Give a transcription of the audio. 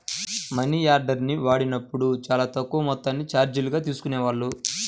మనియార్డర్ని వాడినప్పుడు చానా తక్కువ మొత్తాన్ని చార్జీలుగా తీసుకునేవాళ్ళు